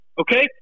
okay